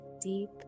deep